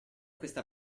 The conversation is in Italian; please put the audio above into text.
questa